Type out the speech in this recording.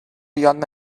beyond